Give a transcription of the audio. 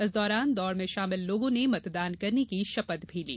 इस दौरान दौड़ में शामिल लोगों ने मतदान करने की शपथ भी ली